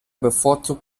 bevorzugt